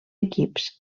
equips